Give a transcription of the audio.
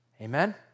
Amen